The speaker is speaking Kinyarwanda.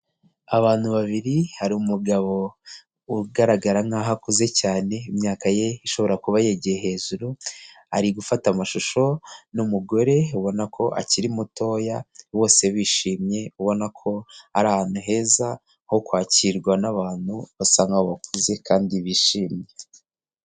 Abantu babiri hari umugabo ugaragara nk'aho akuze cyane imyaka ye ishobora kuba yegeye hejuru, ari gufata amashusho n'umugore ubona ko akiri mutoya bose bishimye ubona ko ari ahantu heza ho kwakirwa n'abantu basa nk'aho bakuze kandi bishimye.